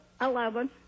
eleven